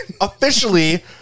officially